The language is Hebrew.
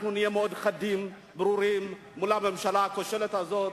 אנחנו נהיה חדים מאוד וברורים מול הממשלה הכושלת הזאת